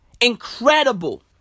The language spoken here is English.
Incredible